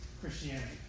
Christianity